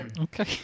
Okay